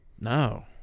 No